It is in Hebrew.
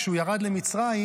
כשהוא ירד למצרים,